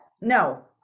No